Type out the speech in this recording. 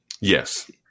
Yes